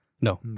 No